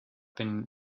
been